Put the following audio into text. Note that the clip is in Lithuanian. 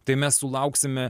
tai mes sulauksime